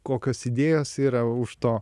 kokios idėjos yra už to